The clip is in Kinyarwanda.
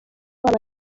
wabo